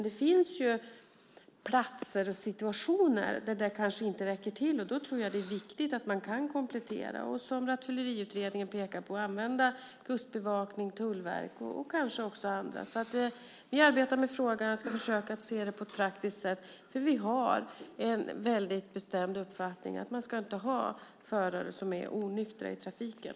Det finns platser och situationer där det inte räcker till. Då är det viktigt att man kan komplettera. Man kan som Rattfylleriutredningen påpekade använda Kustbevakningen, Tullverket och kanske också andra. Vi arbetar med frågan. Jag ska försöka att se det på ett praktiskt sätt. Vi har en väldigt bestämd uppfattning att man inte ska ha förare som är onyktra i trafiken.